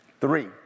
Three